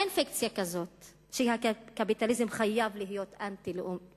אין פיקציה כזאת שהקפיטליזם חייב להיות אנטי-לאומי,